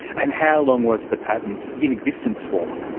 and how long was the patent in existence for?